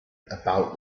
about